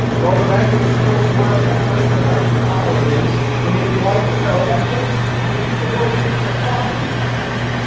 well the banker was still smiling that personal banker smile of his, when he replied, you know, that place where people go to get their problems fixed.